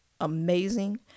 amazing